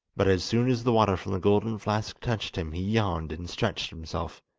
but as soon as the water from the golden flask touched him he yawned and stretched himself,